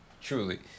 Truly